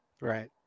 Right